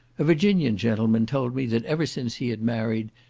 a virginian gentleman told me that ever since he had married,